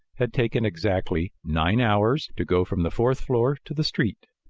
had taken exactly nine hours to go from the fourth floor to the street.